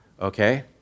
okay